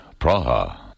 Praha. (